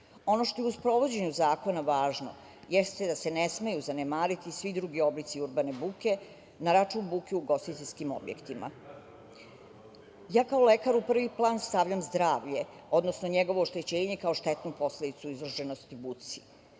što je u sprovođenju zakona važno jeste da se ne smeju zanemariti svi drugi oblici urbane buke na račun buke u ugostiteljskim objektima. Kao lekar, u prvi plan stavljam zdravlje, odnosno njegovo oštećenje kao štetnu posledicu izloženosti buci,